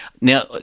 Now